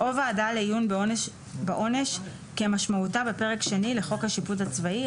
או ועדה לעיון בעונש כמשמעותה בפרק שני לחוק השיפוט הצבאי,